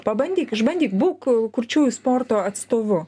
pabandyk išbandyt būk kurčiųjų sporto atstovu